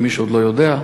למי שעוד לא יודע,